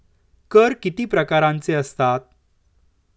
कर किती प्रकारांचे असतात?